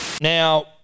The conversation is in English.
Now